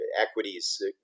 equities